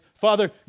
Father